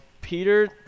Peter